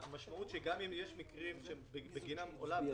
המשמעות היא שגם אם יש מקרים בגינם עולה הפרמיה.